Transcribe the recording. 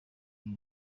iyi